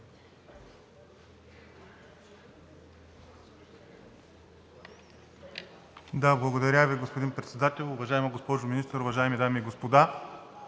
Уважаеми господин Председател, уважаема госпожо Министър, уважаеми дами и господа